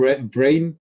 brain